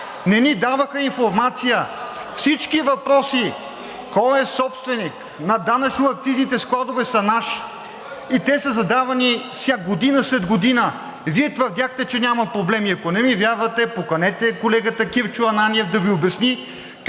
не ни даваха информация! Всички въпроси кой е собственик на данъчно-акцизните складове са наши и те са задавани година след година. Вие твърдяхте, че няма проблеми и ако не ми вярвате, поканете колегата Кирил Ананиев да Ви обясни